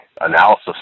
analysis